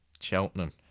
Cheltenham